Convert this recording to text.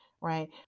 right